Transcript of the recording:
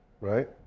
right